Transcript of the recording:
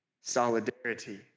solidarity